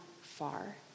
far